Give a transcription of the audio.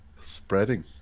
spreading